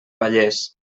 vallès